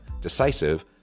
decisive